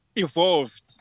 evolved